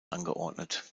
angeordnet